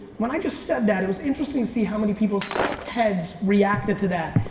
when i just said that it was interesting to see how many people's heads reacted to that.